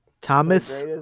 Thomas